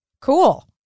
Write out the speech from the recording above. Cool